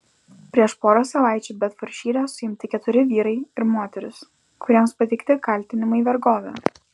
prieš porą savaičių bedfordšyre suimti keturi vyrai ir moteris kuriems pateikti kaltinimai vergove